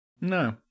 No